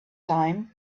time